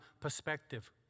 perspective